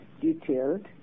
detailed